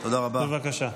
בבקשה.